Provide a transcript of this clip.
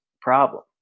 problem